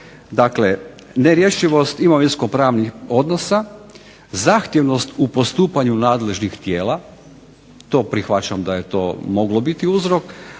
Dakle, nerješivost imovinsko-pravnih odnosa, zahtjevnost u postupanju nadležnih tijela. To prihvaćam da je to moglo biti uzrok.